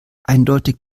eindeutig